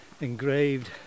engraved